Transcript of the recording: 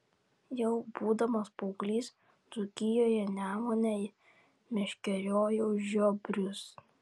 jau būdamas paauglys dzūkijoje nemune meškeriojau žiobrius